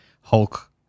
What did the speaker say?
Hulk